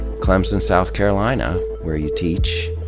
clemson, south carolina, where you teach.